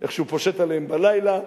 איך שהוא פושט עליהם בלילה,